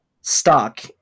stock